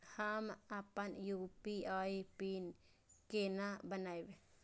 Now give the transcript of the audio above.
हम अपन UPI PIN केना बनैब?